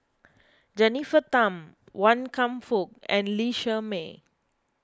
Jennifer Tham Wan Kam Fook and Lee Shermay